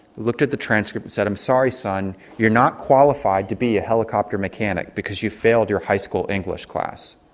looked at the transcript and said, i'm sorry son, you're not qualified to be a helicopter mechanic because you failed your high school english class.